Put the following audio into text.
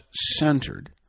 centered